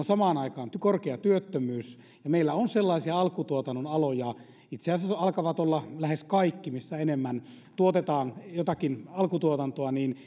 samaan aikaan korkea työttömyys ja meillä on sellaisia alkutuotannon aloja itse asiassa alkavat olla lähes kaikki missä enemmän tuotetaan jotakin alkutuotantoa